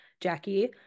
Jackie